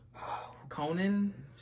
Conan